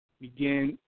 begin